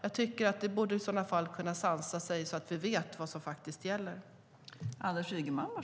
Jag tycker att man i så fall borde sansa sig så att vi vet vad som gäller.